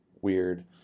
weird